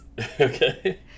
Okay